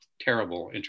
terrible